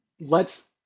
lets